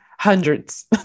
hundreds